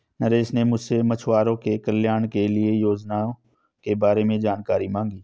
नरेश ने मुझसे मछुआरों के कल्याण के लिए योजना के बारे में जानकारी मांगी